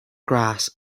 grass